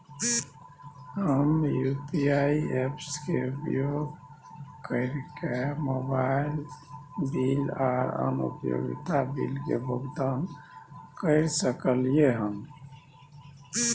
हम UPI apps के उपयोग कैरके मोबाइल बिल आर अन्य उपयोगिता बिल के भुगतान कैर सकलिये हन